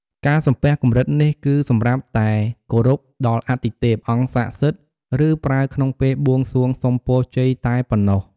ការសំពះកម្រិតនេះគឺសម្រាប់តែគោរពដល់អទិទេព អង្គសក្ដិសិទ្ធិ ឬប្រើក្នុងពេលបួងសួងសុំពរជ័យតែប៉ុណ្ណោះ។